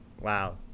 Wow